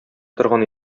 торган